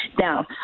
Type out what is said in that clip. now